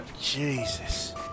Jesus